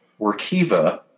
Workiva